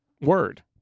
word